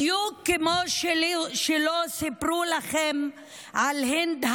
בדיוק כמו שלא סיפרו לכם על הינד,